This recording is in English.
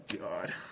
God